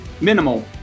minimal